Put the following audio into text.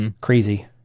Crazy